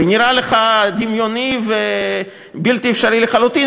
זה הרי נראה לך דמיוני ובלתי אפשרי לחלוטין,